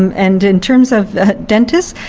um and in terms of dentists,